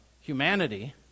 humanity